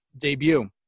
debut